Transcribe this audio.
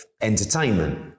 entertainment